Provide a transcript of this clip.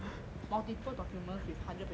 multiple documents with hundred pages plus